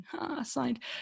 assigned